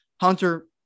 Hunter